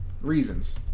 reasons